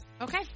Okay